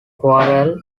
quarrel